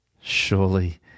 Surely